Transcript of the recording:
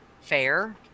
fair